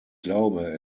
glaube